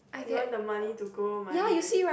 you want the money to grow money